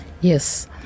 yes